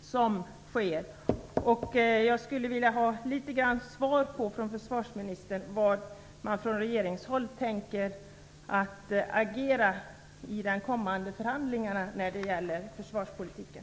som nu sker. Jag skulle vilja ha svar från försvarsministern på frågan hur man från regeringshåll tänker agera i de kommande förhandlingarna när det gäller försvarspolitiken.